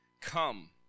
come